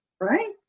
Right